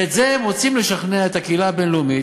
ובזה הם רוצים לשכנע את הקהילה הבין-לאומית,